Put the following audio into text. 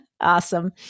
Awesome